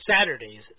Saturdays